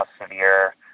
severe